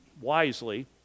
wisely